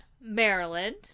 Maryland